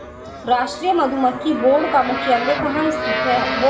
राष्ट्रीय मधुमक्खी बोर्ड का मुख्यालय कहाँ स्थित है?